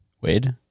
Wade